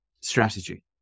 strategy